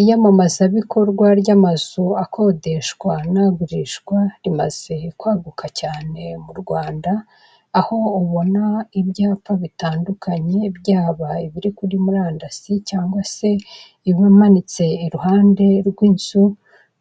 Iyamamazabikorwa ry'amazu akodeshwa n'agurishwa rimaze kwaguka cyane mu Rwanda, aho ubona ibyapa bitandukanye byaba ibiri kuri murandasi cyangwa se ibimanitse iruhande rw'inzu,